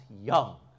young